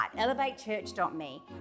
elevatechurch.me